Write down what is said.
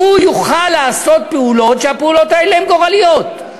יוכל לעשות פעולות כשהפעולות האלה הן גורליות?